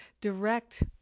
direct